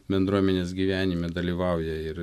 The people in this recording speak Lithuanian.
bendruomenės gyvenime dalyvauja ir